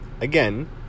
again